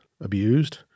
abused